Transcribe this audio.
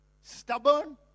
stubborn